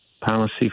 policy